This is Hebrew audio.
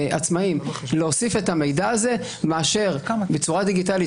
להוסיף את המידע הזה בצורה דיגיטלית,